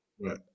Right